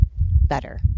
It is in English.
better